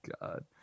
God